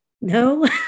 No